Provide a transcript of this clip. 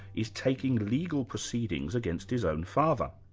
is taking legal proceedings against his own father.